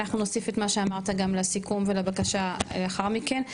אנחנו נוסיף את מה שאמרת גם לסיכום ולבקשה לאחר מכן,